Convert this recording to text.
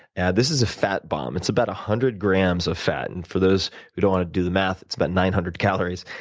and this is a fat bomb. it's about one hundred grams of fat, and for those who don't want to do the math, it's about nine hundred calories,